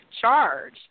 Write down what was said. charge